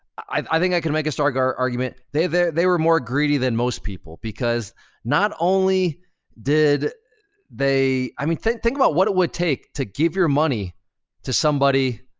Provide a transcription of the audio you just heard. i i think i can make a strong argument, they they were more greedy than most people because not only did they, i mean, think think about what it would take to give your money to somebody,